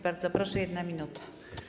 Bardzo proszę, 1 minuta.